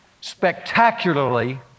spectacularly